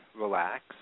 relax